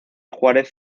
juárez